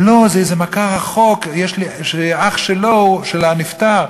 לא, זה איזה מכר רחוק שלי, אח שלו נפטר.